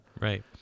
Right